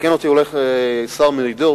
ויתקן אותי אולי השר מרידור,